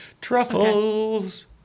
Truffles